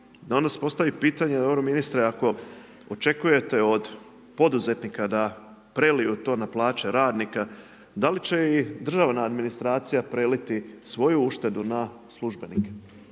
a onda se postavi pitanje, dobro ministre ako očekujete od poduzetnika da preliju to na plaće radnika, da li će i državna administracija preliti svoju uštedu na službenike?